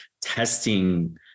testing